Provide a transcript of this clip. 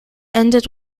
ended